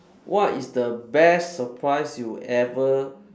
what is the best surprise you ever